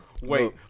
Wait